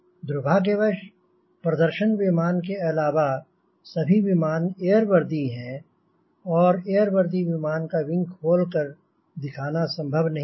दुर्भाग्यवश प्रदर्शन विमान के अलावा सभी विमान एयर वर्दी हैं और एयर वर्दी विमान का विंग खोल कर दिखाना संभव नहीं है